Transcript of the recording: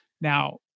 Now